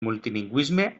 multilingüisme